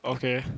okay